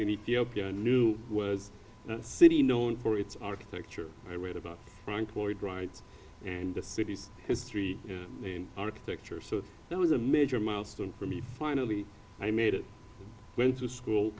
in ethiopia i knew it was a city known for its architecture i read about frank lloyd wright and the city's history in architecture so there was a major milestone for me finally i made it went to school